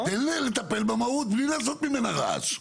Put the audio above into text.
תן לטפל במהות בלי לעשות ממנה רעש.